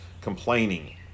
complaining